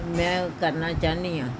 ਮੈਂ ਕਰਨਾ ਚਾਹੁੰਦੀ ਹਾਂ